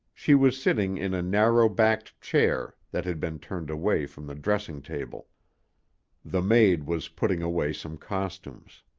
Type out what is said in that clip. she was sitting in a narrow-backed chair that had been turned away from the dressing-table. the maid was putting away some costumes.